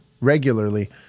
regularly